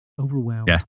overwhelmed